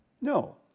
No